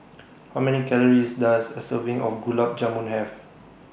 How Many Calories Does A Serving of Gulab Jamun Have